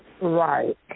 Right